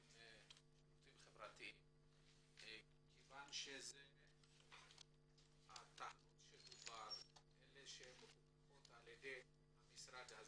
והשירותים החברתיים כיוון שהטענות שעלו מפוקחות בידי המשרד הזה.